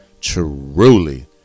Truly